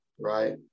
right